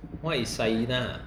what is sai gina